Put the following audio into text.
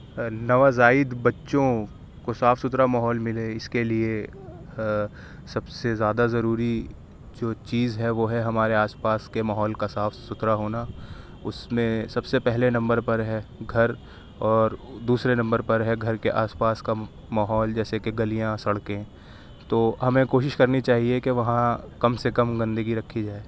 نوزائید بچوں کو صاف سُتھرا ماحول مِلے اِس کے لئے سب سے زیادہ ضروری جو چیز ہے وہ ہے ہمارے آس پاس کے ماحول کا صاف ستھرا ہونا اُس میں سب سے پہلے نمبر پر ہے گھر اور دوسرے نمبر پر ہے گھر کے آس پاس کا ماحول جیسے کہ گلیاں سڑکیں تو ہمیں کوشش کرنی چاہیے کہ وہاں کم سے کم گندگی رکھی جائے